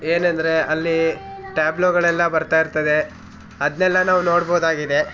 ಏನೆಂದರೆ ಅಲ್ಲಿ ಟ್ಯಾಬ್ಲೋಗಳೆಲ್ಲ ಬರ್ತಾಯಿರ್ತದೆ ಅದನ್ನೆಲ್ಲ ನಾವು ನೋಡ್ಬೋದಾಗಿದೆ